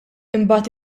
imbagħad